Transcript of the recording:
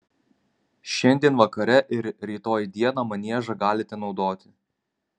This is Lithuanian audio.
šiandien vakare ir rytoj dieną maniežą galite naudoti